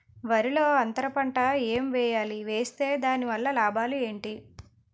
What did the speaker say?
వరిలో అంతర పంట ఎం వేయాలి? వేస్తే దాని వల్ల లాభాలు ఏంటి?